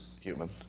human